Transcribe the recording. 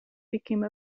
became